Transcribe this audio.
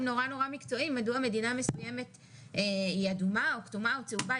מאוד מקצועיים מדוע מדינה מסוימת היא אדומה או כתומה או צהובה.